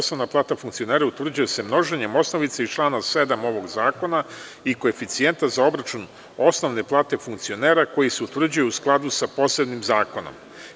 Osnovna plata funkcionera utvrđuje se množenjem osnovice iz člana 7. ovog zakona i koeficijenta za obračun osnovne plate funkcionera koji se utvrđuje u skladu sa posebnim zakonom.